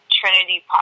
Trinity